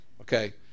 okay